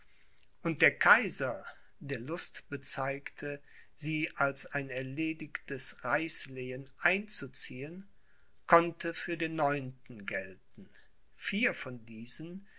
und der kaiser der lust bezeigte sie als ein erledigtes reichslehen einzuziehen konnte für den neunten gelten vier von diesen